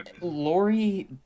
lori